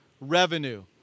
revenue